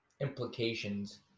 implications